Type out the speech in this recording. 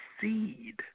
seed